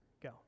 go